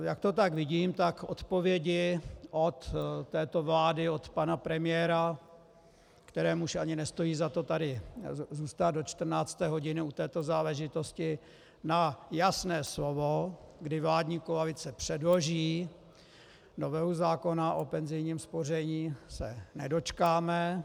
Jak to vidím, tak odpovědi od této vlády, od pana premiéra, kterému už ani nestojí za to tady zůstat do 14. hodiny u této záležitosti, na jasné slovo, kdy vládní koalice předloží novelu zákona o penzijním spoření, se nedočkáme.